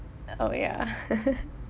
oh ya